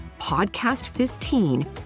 PODCAST15